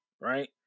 Right